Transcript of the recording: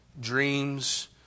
dreams